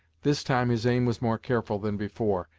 this time his aim was more careful than before,